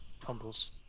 tumbles